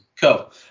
Cool